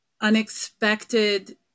unexpected